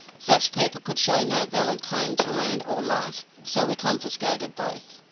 such people could show no valid claim to land or life, so we confiscated both.